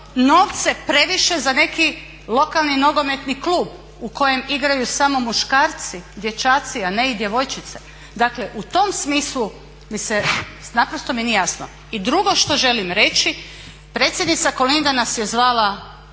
novce previše za neki lokalni nogometni klub u kojem igraju samo muškarci, dječaci a ne i djevojčice? Dakle u tom smislu mi se, naprosto mi nije jasno. I drugo što želim reći, predsjednica Kolinda nas je zvala